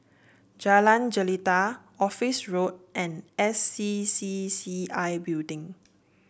Jalan Jelita Office Road and S C C C I Building